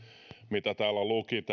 mitä täällä